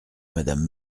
madame